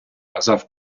казав